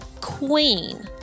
queen